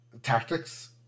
Tactics